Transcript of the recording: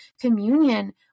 communion